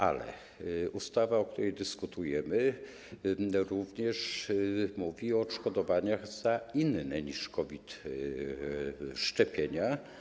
Ale ustawa, o której dyskutujemy, również mówi o odszkodowaniach za inne niż COVID szczepienia.